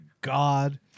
God